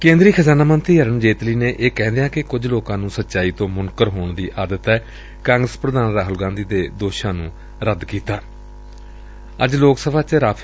ਕੇ ਂਦਰੀ ਖਜ਼ਾਨਾ ਮੰਤਰੀ ਅਰੁਣ ਜੇਤਲੀ ਨੇ ਇਹ ਕਹਿੰਦਿਆਂ ਕਿਹਾ ਕਿ ਕੁਝ ਲੋਕਾਂ ਨੁੰ ਸਚਾਈ ਤੋਂ ਮੁਨਕਰ ਹੋਣ ਦੀ ਆਦਤ ਏ ਕਾਂਗਰਸ ਪ੍ਰਧਾਨ ਰਾਹੁਲ ਗਾਂਧੀ ਦੇ ਦੋਸ਼ਾਂ ਨੁੰ ਰੱਦ ਕੀਤਾ ਏ